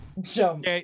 jump